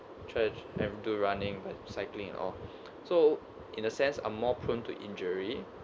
tried to do running cycling and all so in a sense I'm more prone to injury